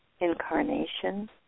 incarnation